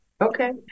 Okay